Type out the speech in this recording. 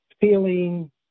feeling